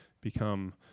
become